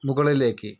മുകളിലേക്ക്